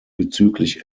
bezüglich